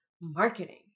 marketing